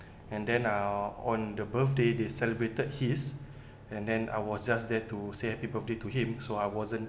and then uh on the birthday they celebrated his and then I was just there to say happy birthday to him so I wasn't